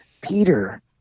Peter